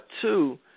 Two